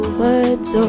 words